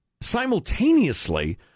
simultaneously